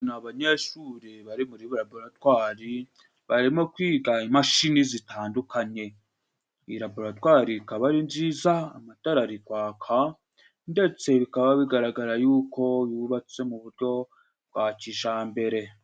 Ni abanyeshuri bari muri laboratwari, barimo kwiga imashini zitandukanye. Iyi laboratware ikaba ari nziza, amatara ari kwaka, ndetse bikaba bigaragara y'uko yubatse mu buryo bwa kijyambere.